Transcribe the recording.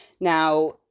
Now